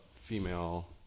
female